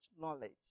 knowledge